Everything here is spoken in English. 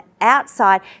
outside